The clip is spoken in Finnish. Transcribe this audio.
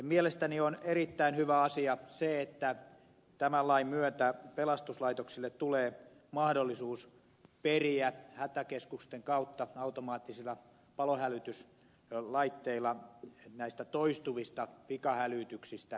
mielestäni on erittäin hyvä asia se että tämän lain myötä pelastuslaitoksille tulee mahdollisuus periä hätäkeskusten kautta automaattisilla palohälytyslaitteilla näistä toistuvista vikahälytyksistä maksu